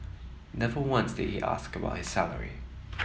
never once did he ask about his salary